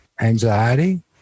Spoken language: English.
anxiety